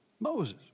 Moses